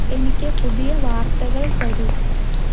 എനിക്ക് പുതിയ വാർത്തകൾ തരൂ